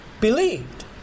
believed